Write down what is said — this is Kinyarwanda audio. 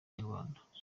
nyarwanda